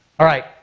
alright,